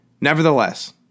Nevertheless